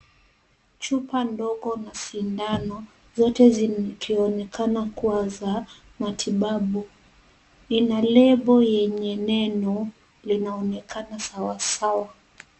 Chupa ndogo na sindano zote zinaonekana kuwa za matibabu, ina lebo yenye neno linaonekana sawasawa.